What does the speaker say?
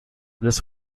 this